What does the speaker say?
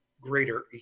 greater